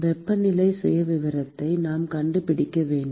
வெப்பநிலை சுயவிவரத்தை நாம் கண்டுபிடிக்க வேண்டும்